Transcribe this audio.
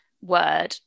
word